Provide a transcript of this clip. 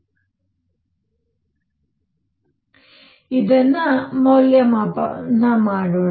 ಆದ್ದರಿಂದ ಇದನ್ನು ಮೌಲ್ಯಮಾಪನ ಮಾಡೋಣ